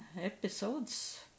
episodes